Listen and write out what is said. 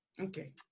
okay